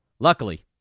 Luckily